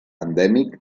endèmic